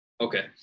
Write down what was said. okay